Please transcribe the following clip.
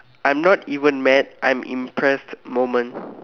I'm not even mad I'm impressed moment